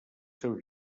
seus